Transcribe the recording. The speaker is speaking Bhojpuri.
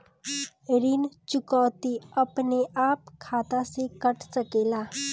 ऋण चुकौती अपने आप खाता से कट सकेला?